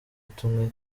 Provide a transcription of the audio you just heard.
tumwe